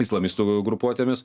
islamistų grupuotėmis